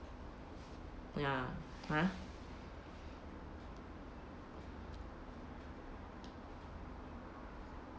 ya ha